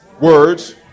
words